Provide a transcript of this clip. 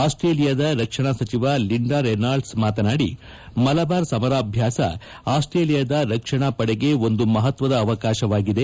ಆಸ್ಸೇಲಿಯಾದ ರಕ್ಷಣಾ ಸಚಿವ Linda Reynolds ಮಾತನಾಡಿ ಮಲಬಾರ್ ಸಮರಾಭ್ಯಾಸ ಆಸ್ಲೇಲಿಯಾದ ರಕ್ಷಣಾ ಪಡೆಗೆ ಒಂದು ಮಹತ್ವದ ಅವಕಾಶವಾಗಿದೆ